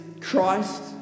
Christ